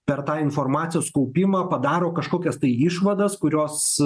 per tą informacijos kaupimą padaro kažkokias tai išvadas kurios